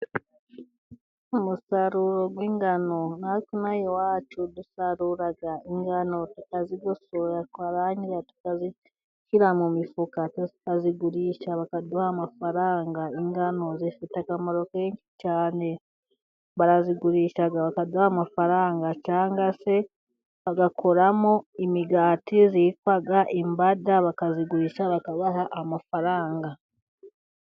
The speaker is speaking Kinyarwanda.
umusaruro w'ingano natwe inaha iwacu dusarura ingano tukazigosora twarangiza tukazishyira mu mifuka tukazigurisha bakaduha amafaranga. Ingano zifite akamaro kenshi cyane barazigurisha bakaduha amafaranga cyangwa se bagakoramo imigati yitwa imbada bakazigurisha bakabaha amafaranga.